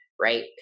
right